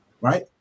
right